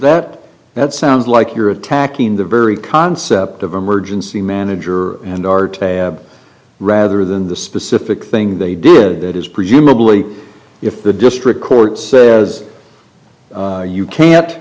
that that sounds like you're attacking the very concept of emergency manager and art rather than the specific thing they did that is presumably if the district court says you can't